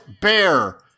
bear